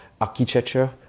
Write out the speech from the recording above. architecture